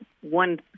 one